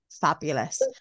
Fabulous